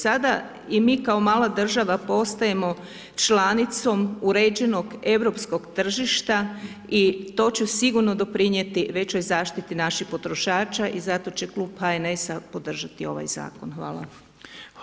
Sada i mi kao mala država postajemo članicom uređenog europskog tržišta i to će sigurno doprinijeti većoj zaštiti naših potrošača i zato će klub HNS-a podržati ovaj zakon.